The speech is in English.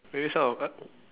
maybe some of